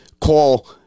call